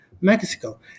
Mexico